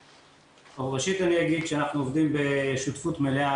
ראשית אגיד שאנחנו עובדים בשותפות מלאה